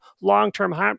long-term